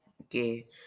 Okay